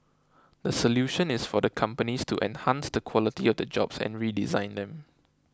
the solution is for the companies to enhance the quality of the jobs and redesign them